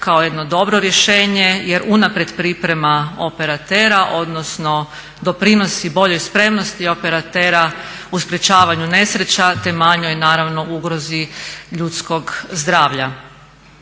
kao jedno dobro rješenje jer unaprijed priprema operatera odnosno doprinosi boljoj spremnosti operatera u sprječavanju nesreća te manjoj naravno ugrozi ljudskog zdravlja.